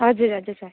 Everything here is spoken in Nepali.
हजुर हजुर सर